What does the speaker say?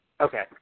Okay